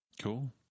Cool